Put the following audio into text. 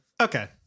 Okay